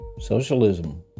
Socialism